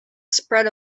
spread